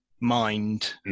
Mind